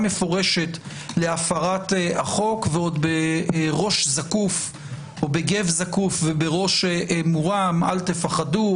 מפורשת להפרת החוק ועוד בראש זקוף או בגו זקוף ובראש מורם: אל תפחדו,